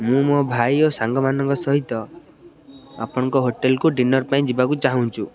ମୁଁ ମୋ ଭାଇ ଓ ସାଙ୍ଗମାନଙ୍କ ସହିତ ଆପଣଙ୍କ ହୋଟେଲ୍କୁ ଡିନର୍ ପାଇଁ ଯିବାକୁ ଚାହୁଁଛୁ